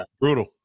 Brutal